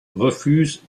refuse